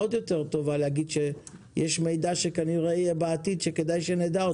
עוד יותר טובה להגיד שיש מידע שכנראה יהיה בעתיד שכדאי שנדע אותו.